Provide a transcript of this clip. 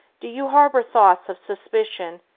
do you harbor thoughts of suspicion,